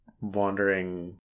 wandering